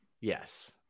Yes